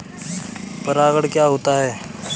परागण क्या होता है?